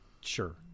sure